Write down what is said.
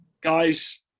guys